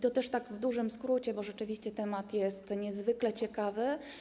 To w dużym skrócie, bo rzeczywiście temat jest niezwykle ciekawy.